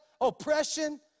oppression